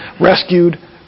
rescued